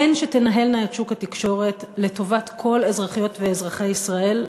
הן שתנהלנה את שוק התקשורת לטובת כל אזרחיות ואזרחי ישראל,